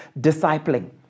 discipling